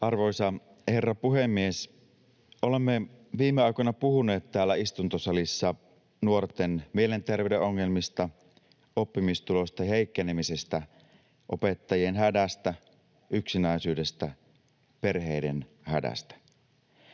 Arvoisa herra puhemies! Olemme viime aikoina puhuneet täällä istuntosalissa nuorten mielenterveyden ongelmista, oppimistulosten heikkenemisestä, opettajien hädästä, yksinäisyydestä, perheiden hädästä.